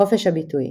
חופש הביטוי